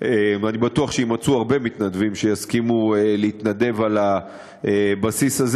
ואני בטוח שיימצאו הרבה מתנדבים שיסכימו להתנדב על הבסיס הזה.